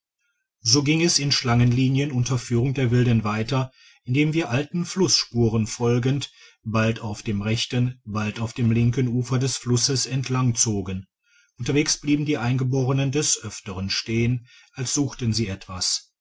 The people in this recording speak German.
so ging es in schlangenlinien unter führung der wilden weiter indem wir alten fussspuren folgend bald auf dem rechten bald auf dem linken ufer des flusses entlangzogen unterwegs blieben die eingeborenen des öfteren stehen als suchten sie etwas